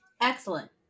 Excellent